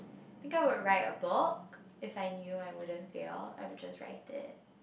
think I will write a book if I knew I wouldn't fail I will just write it